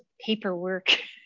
paperwork